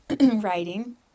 writing